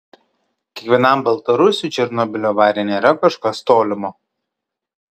kiekvienam baltarusiui černobylio avarija nėra kažkas tolimo